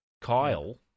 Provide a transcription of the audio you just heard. Kyle